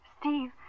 Steve